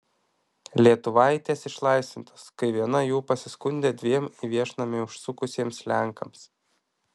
lietuvaitės išlaisvintos kai viena jų pasiskundė dviem į viešnamį užsukusiems lenkams